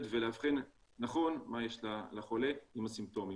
ולאבחן נכון מה יש לחולה עם הסימפטומים.